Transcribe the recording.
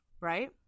right